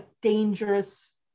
dangerous